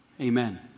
amen